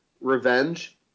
Revenge